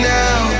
now